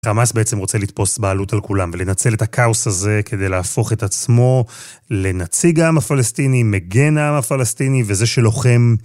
חמאס בעצם רוצה לתפוס בעלות על כולם ולנצל את הכאוס הזה כדי להפוך את עצמו לנציג העם הפלסטיני, מגן העם הפלסטיני וזה שלוחם.